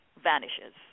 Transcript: vanishes